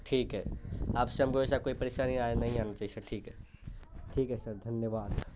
ٹھیک ہے اب سے ہم کو ایسا کوئی پریشانی آئے نہیں آنا چاہیے سر ٹھیک ہے ٹھیک ہے سر دھنیہ واد